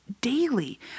daily